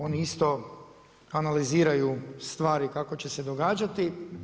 Oni isto analiziraju stvari kako će se događati.